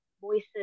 voices